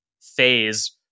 phase